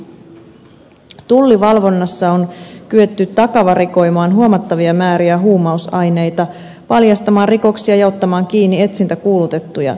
tullivalvonnassa on kyetty takavarikoimaan huomattavia määriä huumausaineita paljastamaan rikoksia ja ottamaan kiinni etsintäkuulutettuja